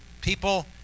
people